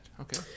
Okay